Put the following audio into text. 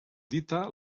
dita